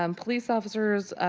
um police officers,